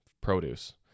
produce